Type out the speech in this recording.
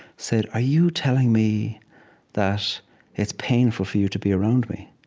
said, are you telling me that it's painful for you to be around me?